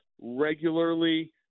regularly